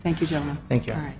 thank you thank you b